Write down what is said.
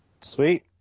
Sweet